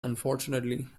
unfortunately